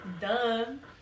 Done